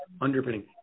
underpinning